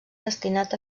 destinat